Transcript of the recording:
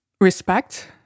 respect